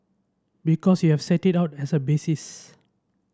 because you have set it out as a basis